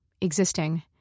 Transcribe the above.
existing